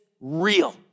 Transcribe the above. real